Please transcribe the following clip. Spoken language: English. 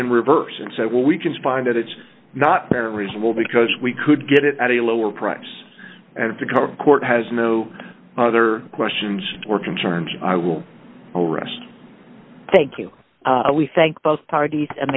in reverse and said well we can find that it's not fair and reasonable because we could get it at a lower price and to cover court has no other questions or concerns i will rest thank you we thank both parties and